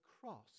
cross